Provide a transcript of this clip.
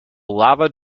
lava